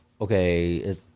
okay